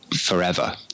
forever